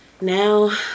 now